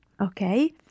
Okay